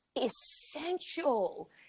essential